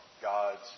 God's